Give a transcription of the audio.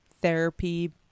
therapy